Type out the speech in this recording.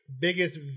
biggest